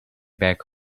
back